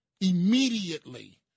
immediately